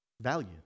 value